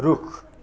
रुख